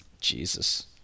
Jesus